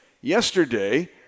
Yesterday